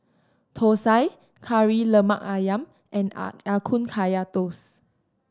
thosai Kari Lemak Ayam and ya Ya Kun Kaya Toast